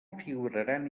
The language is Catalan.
figuraran